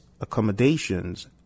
accommodations